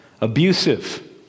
abusive